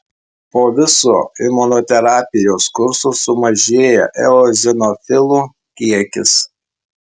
po viso imunoterapijos kurso sumažėja eozinofilų kiekis